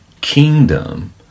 kingdom